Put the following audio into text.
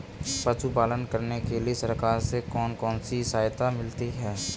पशु पालन करने के लिए सरकार से कौन कौन सी सहायता मिलती है